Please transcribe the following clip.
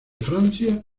francia